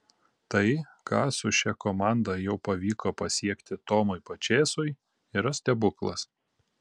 tai ką su šia komanda jau pavyko pasiekti tomui pačėsui yra stebuklas